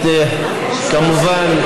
כמובן,